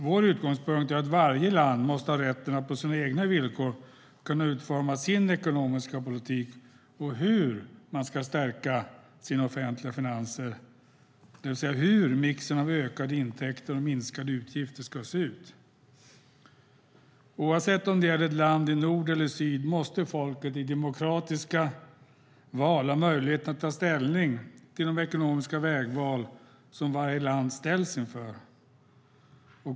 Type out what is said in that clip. Vår utgångspunkt är att varje land måste ha rätten att på sina egna villkor kunna utforma sin ekonomiska politik och hur man ska stärka sina offentliga finanser, det vill säga hur mixen av ökade intäkter och minskade utgifter ska se ut. Oavsett om det gäller ett land i nord eller syd måste folket i demokratiska val ha möjlighet att ta ställning till de ekonomiska vägval som varje land ställs inför.